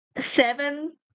seven